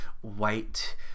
white